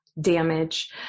damage